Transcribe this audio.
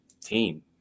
team